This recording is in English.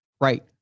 right